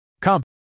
Come